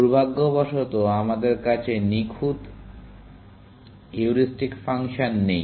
দুর্ভাগ্যবশত আমাদের কাছে নিখুঁত হিউরিস্টিক ফাংশন নেই